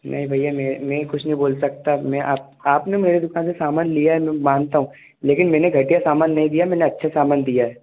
नहीं भैया मैं मैं कुछ नहीं बोल सकता मैं आप आप आपने मेरे दुकान से सामान लिया है मैं मानता हूँ लेकिन मैंने घटिया समान नहीं दिया मैंने अच्छा सामान दिया है